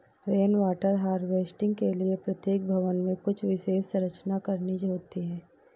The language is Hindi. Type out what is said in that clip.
रेन वाटर हार्वेस्टिंग के लिए प्रत्येक भवन में कुछ विशेष संरचना करनी होती है